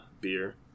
beer